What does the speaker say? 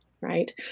right